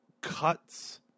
cuts